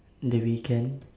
the weekend